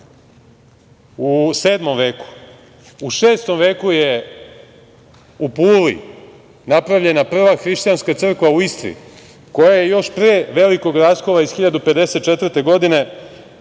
Sedmom veku.U VI. veku je u Puli napravljena prva hrišćanska crkva u Istri koja je još pre velikog raskola iz 1954. godine,